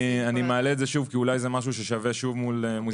אני מעלה את זה שוב כי אולי זה משהו ששווה לבדוק מול משרד האוצר.